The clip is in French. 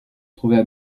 trouvait